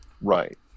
right